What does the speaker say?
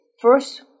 first